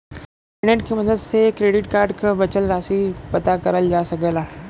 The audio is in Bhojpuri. इंटरनेट के मदद से क्रेडिट कार्ड क बचल राशि पता करल जा सकला